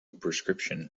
prescription